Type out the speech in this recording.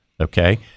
okay